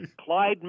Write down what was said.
Clyde